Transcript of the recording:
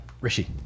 Rishi